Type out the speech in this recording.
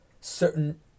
certain